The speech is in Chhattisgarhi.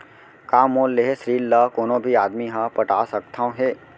का मोर लेहे ऋण ला कोनो भी आदमी ह पटा सकथव हे?